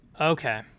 Okay